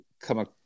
come